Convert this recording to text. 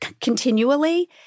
continually